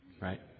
Right